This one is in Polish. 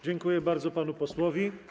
Dziękuję bardzo panu posłowi.